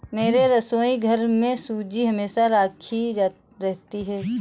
मेरे रसोईघर में सूजी हमेशा राखी रहती है